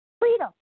freedom